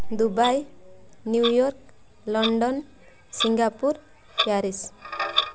Dubai New York London Singapore Paris